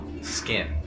skin